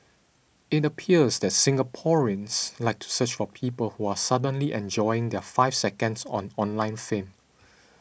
it appears that Singaporeans like to search for people who are suddenly enjoying their five seconds on online fame